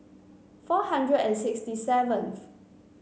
four hundred and sixty seventh